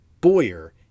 Boyer